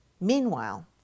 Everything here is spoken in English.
Meanwhile